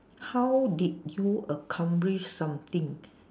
how did you accomplish something